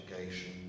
education